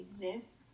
exist